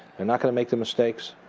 and not gonna make the mistakes.